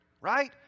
right